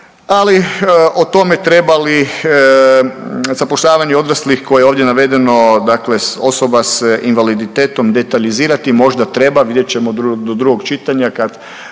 Ali o tome treba li zapošljavanje odraslih koje je ovdje navedeno, dakle osoba sa invaliditetom detaljizira, ti možda treba, vidjet ćemo do drugog čitanja kad